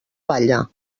palla